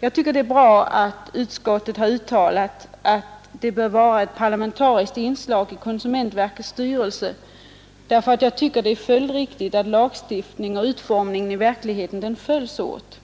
Jag tycker det är bra att utskottet har uttalat att det bör vara ett parlamentariskt inslag i konsumentverkets styrelse. Jag anser det nämligen riktigt att lagstiftningen och utformningen i verkligheten följs åt.